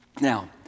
Now